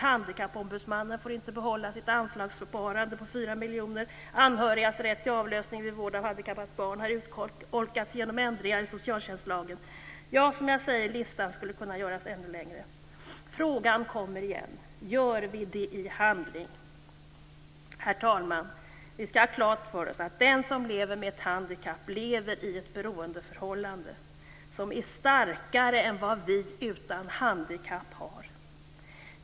Handikappombudsmannen får inte behålla sitt anslagssparande på 4 miljoner kronor. Anhörigas rätt till avlösning vid vård av handikappat barn har urholkats genom ändringar i socialtjänstlagen. Ja, listan skulle alltså kunna göras ännu längre. Frågan återkommer: Gör vi det i handling? Herr talman! Vi skall ha klart för oss att den som lever med ett handikapp lever i ett beroendeförhållande som är starkare än för oss utan handikapp.